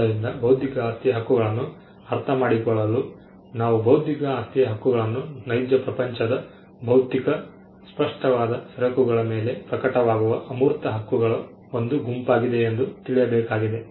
ಆದ್ದರಿಂದ ಬೌದ್ಧಿಕ ಆಸ್ತಿಯ ಹಕ್ಕುಗಳನ್ನು ಅರ್ಥಮಾಡಿಕೊಳ್ಳಲು ನಾವು ಬೌದ್ಧಿಕ ಆಸ್ತಿಯ ಹಕ್ಕುಗಳನ್ನು ನೈಜ ಪ್ರಪಂಚದ ಭೌತಿಕ ಸ್ಪಷ್ಟವಾದ ಸರಕುಗಳ ಮೇಲೆ ಪ್ರಕಟವಾಗುವ ಅಮೂರ್ತ ಹಕ್ಕುಗಳ ಒಂದು ಗುಂಪಾಗಿದೆ ಎಂದು ತಿಳಿಯಬೇಕಾಗಿದೆ